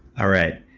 all right.